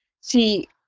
see